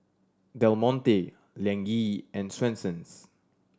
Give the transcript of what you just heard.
Del Monte Liang Yi and Swensens